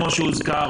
כפי שהוזכר,